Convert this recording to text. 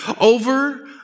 over